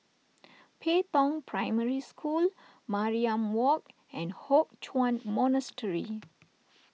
Pei Tong Primary School Mariam Walk and Hock Chuan Monastery